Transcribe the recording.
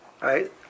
right